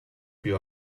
più